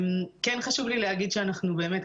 כן חשוב לי להגיד שאנחנו באמת,